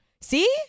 See